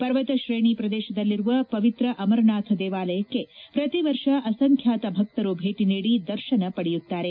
ಪರ್ವತ ಶ್ರೇಣಿ ಪ್ರದೇಶದಲ್ಲಿರುವ ಪವಿತ್ರ ಅಮರನಾಥ ದೇವಾಲಯಕ್ಕೆ ಪ್ರತಿ ವರ್ಷ ಅಸಂಖ್ವಾತ ಭಕ್ತರು ಭೇಟ ನೀಡಿ ದರ್ಶನ ಪಡೆಯುತ್ತಾರೆ